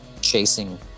chasing